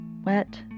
Wet